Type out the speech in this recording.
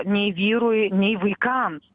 nei vyrui nei vaikams